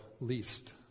least